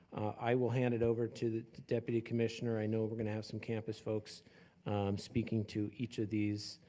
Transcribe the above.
i will hand it over to deputy commissioner. i know we're gonna have some campus folks speaking to each of these